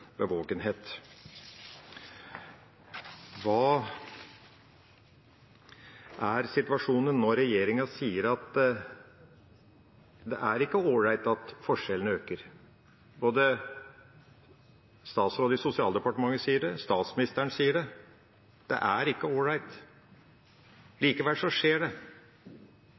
bevågenhet. Hva er situasjonen når regjeringa sier at det ikke er ålreit at forskjellene øker? Både statsråden i Arbeids- og sosialdepartementet sier det og statsministeren sier det – det er ikke ålreit. Likevel skjer det.